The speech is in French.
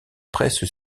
presse